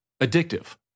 addictive